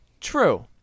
true